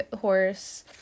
horse